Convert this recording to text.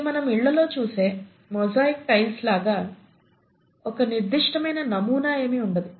ఇది మనం ఇల్ల లో చూసే మొజాయిక్ టైల్స్ లాగా ఒక నిర్దిష్టమైన నమూనా ఏమి ఉండదు